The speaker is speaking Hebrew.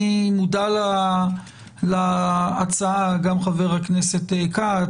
אני מודע להצעה של חבר הכנסת כץ,